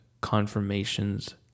confirmations